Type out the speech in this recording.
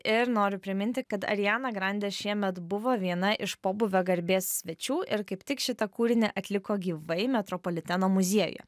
ir noriu priminti kad ariana grande šiemet buvo viena iš pobūvio garbės svečių ir kaip tik šitą kūrinį atliko gyvai metropoliteno muziejuje